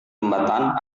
jembatan